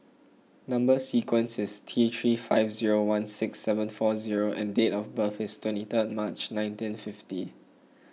Number Sequence is T three five zero one six seven four O and date of birth is twenty third March nineteen fifty